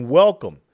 welcome